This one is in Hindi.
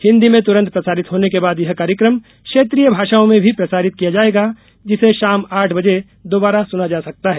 हिंदी में तूरन्त प्रसारित होने के बाद यह कार्यक्रम क्षेत्रीय भाषाओं में भी प्रसारित किया जाएगा जिसे शाम आठ बजे दोबारा सुना जा सकता है